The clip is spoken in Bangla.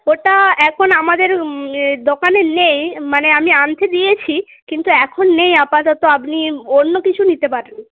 ওটা এখন আমাদের দোকানে নেই মানে আমি আনতে দিয়েছি কিন্তু এখন নেই আপাতত আপনি অন্য কিছু নিতে পারেন